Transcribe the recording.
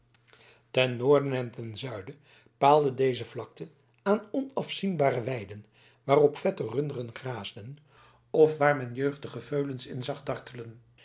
ten noorden en ten zuiden paalde deze vlakte aan onafzienbare weiden waarop vette runderen graasden of waar men jeugdige veulens in zag dartelen